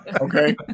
Okay